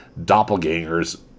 doppelgangers